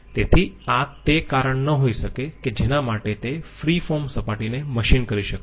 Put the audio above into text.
તેથી આ તે કારણ ન હોઈ શકે કે જેના માટે તે ફ્રી ફોર્મ સપાટીને મશીન કરી શકતું નથી